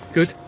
Good